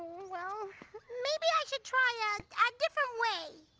well maybe i should try a ah different way.